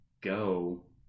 go